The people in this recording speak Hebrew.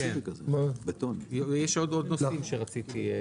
כן, יש עוד נושאים שרציתי.